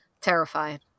terrified